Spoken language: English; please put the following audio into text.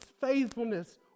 faithfulness